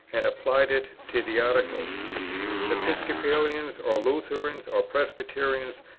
and applied it to the articles episcopalians, or lutherans, or presbyterians,